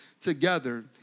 together